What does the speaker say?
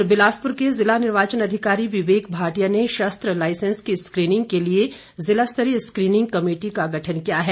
उधर बिलासपुर के जिला निर्वाचन अधिकारी विवेक भाटिया ने शस्त्र लाइसेंस की स्कीनिंग के लिए जिला स्तरीय स्क्रीनिंग कमेटी का गठन किया है